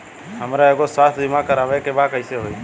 हमरा एगो स्वास्थ्य बीमा करवाए के बा कइसे होई?